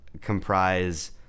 comprise